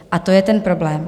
A to je ten problém.